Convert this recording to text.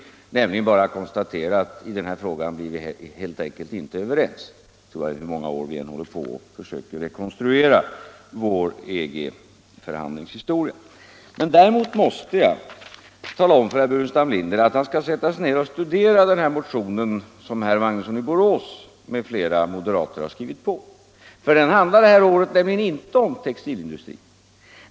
Jag ämnade bara konstatera att i den här frågan blir vi inte överens hur många gånger vi än försöker rekonstruera våra EG-förhandlingars historia. Däremot måste jag uppmana herr Burenstam Linder att studera den motion som herr Magnusson i Borås m.fl. moderater har väckt. Den handlar det här året nämligen inte om textilindustrin.